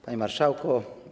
Panie Marszałku!